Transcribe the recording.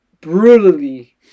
brutally